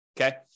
Okay